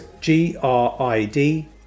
G-R-I-D